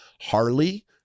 harley